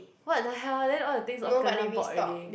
what the hell then all the things all kena bought already